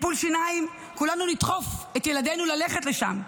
בטיפול שיניים כולנו נדחוף את ילדינו ללכת לשם,